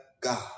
God